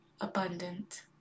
abundant